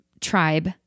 tribe